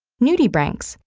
nudibranchs,